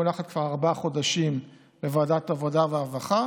היא מונחת כבר ארבעה חודשים בוועדת העבודה והרווחה.